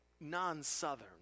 non-Southern